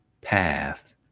path